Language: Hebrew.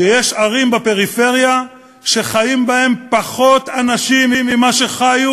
שיש ערים בפריפריה שחיים בהן פחות אנשים ממה שחיו